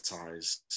advertise